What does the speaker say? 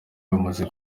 bamaze